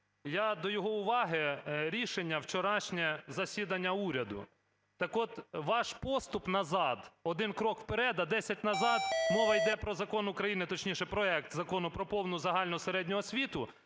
я до його уваги рішення вчорашнє засідання уряду. Так от, ваш поступ назад: один крок вперед, а десять назад. Мова йде про Закон України, точніше, проект Закону про повну загальну середню освіту,